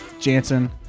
Jansen